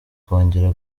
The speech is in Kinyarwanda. kongera